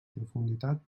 profunditat